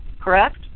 correct